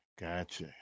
gotcha